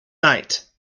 night